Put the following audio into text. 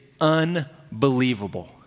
unbelievable